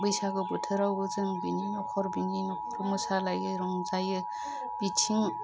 बैसागु बोथोरावबो जों बिनि न'खर बिनि न'खर मोसालायो रंजायो बिथिं